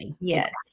Yes